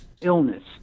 illness